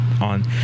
on